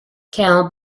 count